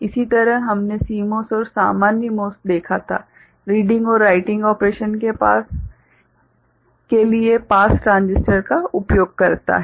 इसी तरह हमने CMOS और सामान्य MOS देखा था रीडिंग और राइटिंग ऑपरेशन के लिए पास ट्रांजिस्टर का उपयोग करता है